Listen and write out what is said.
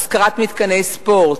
השכרת מתקני ספורט,